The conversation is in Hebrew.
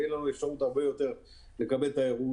תהיה לנו הרבה יותר אפשרות לקבל תיירות.